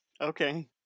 Okay